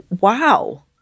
wow